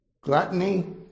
gluttony